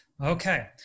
okay